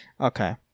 Okay